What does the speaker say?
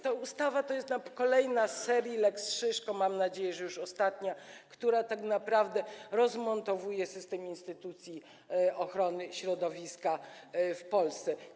Ta ustawa to jest kolejna z serii lex Szyszko - mam nadzieję, że już ostatnia - która tak naprawdę rozmontowuje system instytucji ochrony środowiska w Polsce.